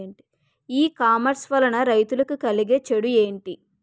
ఈ కామర్స్ వలన రైతులకి కలిగే చెడు ఎంటి?